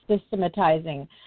systematizing